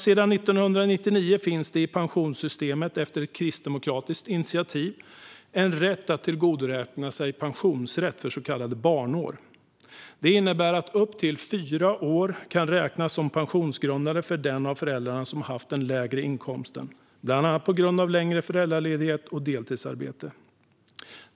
Sedan 1999 finns det i pensionssystemet, efter ett kristdemokratiskt initiativ, en rätt att tillgodoräkna sig pensionsrätt för så kallade barnår. Det innebär att upp till fyra år kan räknas som pensionsgrundande för den av föräldrarna som har haft den lägre inkomsten bland annat på grund av längre föräldraledighet och deltidsarbete.